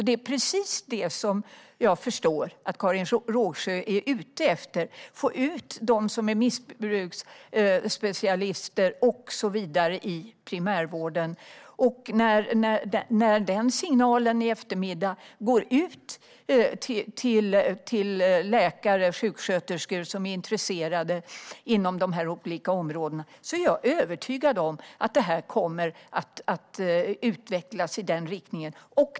Det är precis det jag förstår att Karin Rågsjö är ute efter. Hon vill få ut missbruksspecialister och så vidare i primärvården. När den signalen i eftermiddag går ut till intresserade läkare och sjuksköterskor inom de här olika områdena är jag övertygad om att utvecklingen kommer att gå i den riktningen.